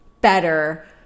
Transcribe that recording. better